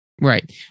right